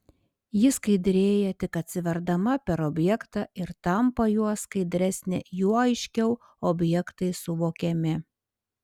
ji skaidrėja tik atsiverdama per objektą ir tampa juo skaidresnė juo aiškiau objektai suvokiami